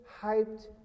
hyped